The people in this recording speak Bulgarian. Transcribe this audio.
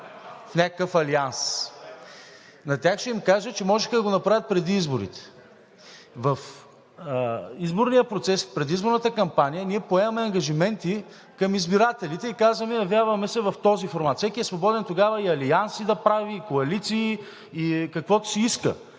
В някакъв алианс. На тях ще им кажа, че можеха да го направят преди изборите. В изборния процес, в предизборната кампания ние поемаме ангажименти към избирателите и казваме: явяваме се в този формат. Всеки е свободен тогава и алианси да прави, и коалиции, и каквото си иска.